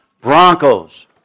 Broncos